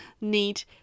need